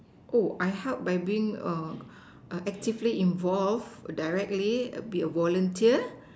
oh I help by being a a actively involved directly be a volunteer